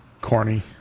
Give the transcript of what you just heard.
Corny